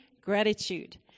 gratitude